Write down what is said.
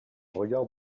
regard